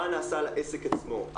מה נעשה לעסק עצמו.